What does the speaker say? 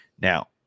Now